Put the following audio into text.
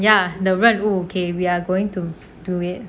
ya the 任务 okay we are going to do it